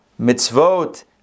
mitzvot